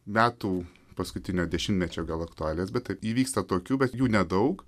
metų paskutinio dešimtmečio gal aktualijas bet taip įvyksta tokių bet jų nedaug